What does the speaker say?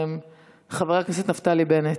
חבר הכנסת נפתלי בנט,